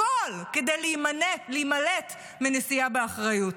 הכול כדי להימלט מנשיאה באחריות.